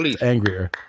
angrier